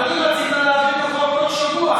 רצית להעביר את החוק הזה תוך שבוע.